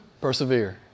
Persevere